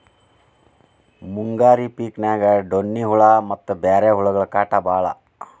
ಮುಂಗಾರಿ ಪಿಕಿನ್ಯಾಗ ಡೋಣ್ಣಿ ಹುಳಾ ಮತ್ತ ಬ್ಯಾರೆ ಹುಳಗಳ ಕಾಟ ಬಾಳ